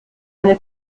eine